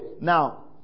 now